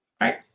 right